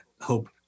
hope